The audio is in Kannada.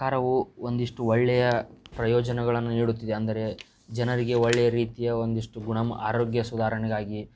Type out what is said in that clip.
ಸರ್ಕಾರವು ಒಂದಿಷ್ಟು ಒಳ್ಳೆಯ ಪ್ರಯೋಜನಗಳನ್ನು ನೀಡುತ್ತಿದೆ ಅಂದರೆ ಜನರಿಗೆ ಒಳ್ಳೆ ರೀತಿಯ ಒಂದಿಷ್ಟು ಗುಣ ಆರೋಗ್ಯ ಸುಧಾರಣೆಗಾಗಿ